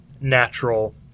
natural